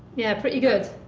yeah, pretty good.